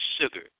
sugar